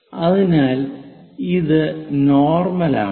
അതിനാൽ ഇത് നോർമൽ ആണ്